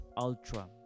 Ultra